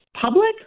public